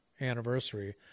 anniversary